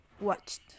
watched